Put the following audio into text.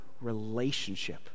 relationship